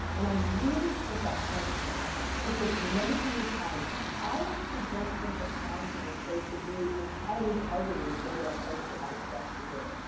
and i um really put that point on it because many, many times i actually don't think that clients in this space should be entirely targeted as though they have post traumatic stress disorder.